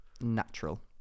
Natural